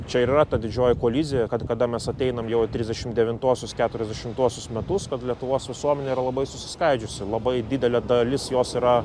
čia ir yra ta didžioji kolizija kad kada mes ateinam jau trisdešimt devintuosius keturiasdešimtuosius metus kad lietuvos visuomenė yra labai susiskaldžiusi labai didelė dalis jos yra